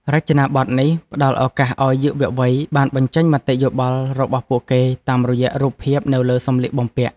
រចនាប័ទ្មនេះផ្តល់ឱកាសឱ្យយុវវ័យបានបញ្ចេញមតិយោបល់របស់ពួកគេតាមរយៈរូបភាពនៅលើសម្លៀកបំពាក់។